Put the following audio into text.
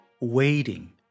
waiting